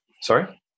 Sorry